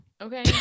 Okay